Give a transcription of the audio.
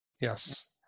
Yes